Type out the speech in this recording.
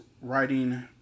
writing